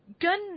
gun